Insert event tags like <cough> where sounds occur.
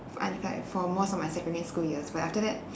<noise> like for most of my secondary school years but after that